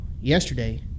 Yesterday